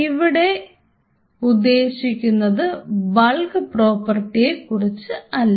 ഇവിടെ ഉദ്ദേശിക്കുന്നത് ബൾക്ക് പ്രോപ്പർട്ടിയെ കുറിച്ച് അല്ല